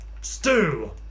stew